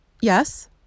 yes